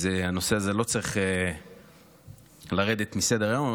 כי הנושא הזה לא צריך לרדת מסדר-היום.